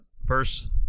Verse